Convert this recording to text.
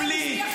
אדוני הנכבד.